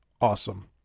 Awesome